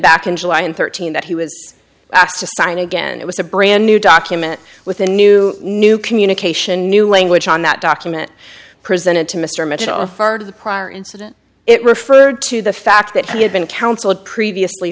back in july and thirteen that he was asked to sign again it was a brand new document with a new new communication new language on that document presented to mr mitchell referred to prior incident it referred to the fact that he had been counseled previously